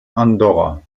andorra